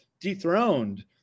dethroned